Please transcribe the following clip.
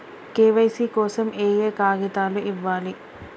KYC కోసం ఏయే కాగితాలు ఇవ్వాలి?